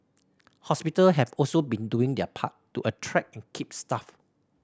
hospital have also been doing their part to attract and keep staff